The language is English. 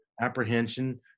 apprehension